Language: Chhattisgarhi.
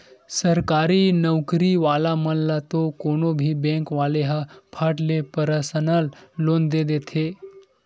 सरकारी नउकरी वाला मन ल तो कोनो भी बेंक वाले ह फट ले परसनल लोन दे देथे